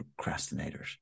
Procrastinators